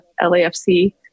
LAFC